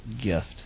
gift